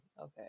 Okay